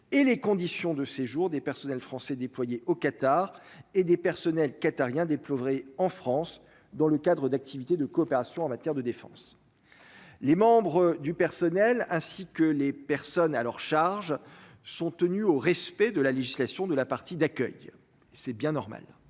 et les conditions de séjour des personnels français déployés au Qatar et des personnels qatarien déplorait en France dans le cadre d'activité de coopération en matière de défense, les membres du personnel ainsi que les personnes à leur charge, sont tenus au respect de la législation de la partie d'accueil, c'est bien normal,